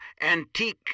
antique